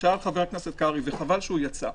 ושאל חבר הכנסת קרעי, וחבל שהוא יצא.